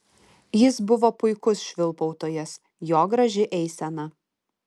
jis buvo puikus švilpautojas jo graži eisena